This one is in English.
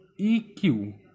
EQ